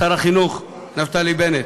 שר החינוך נפתלי בנט.